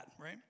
right